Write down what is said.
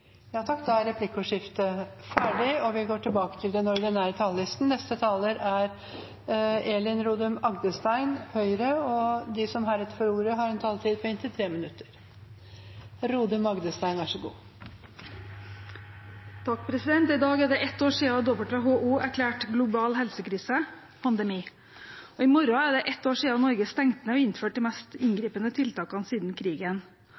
Replikkordskiftet er omme. De talere som heretter får ordet, har en taletid på inntil 3 minutter. I dag er det ett år siden WHO erklærte global helsekrise, pandemi. Og i morgen er det ett år siden Norge stengte ned og innførte de mest inngripende tiltakene siden krigen.